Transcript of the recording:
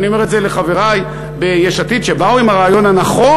ואני אומר את זה לחברי ביש עתיד שבאו עם הרעיון הנכון